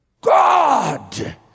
God